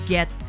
Get